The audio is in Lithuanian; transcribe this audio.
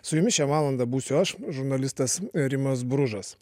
su jumis šią valandą būsiu aš žurnalistas rimas bružas